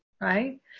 right